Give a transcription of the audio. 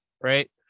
right